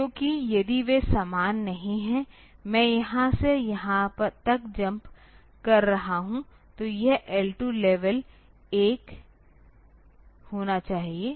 क्योंकि यदि वे समान नहीं हैं मैं यहां से यहां तक जम्प कर रहा हूं तो यह L2 लेवल 1 होना चाहिए